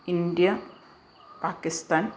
India Pakistan